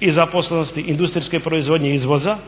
i zaposlenosti, industrijske proizvodnje, izvoza